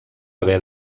haver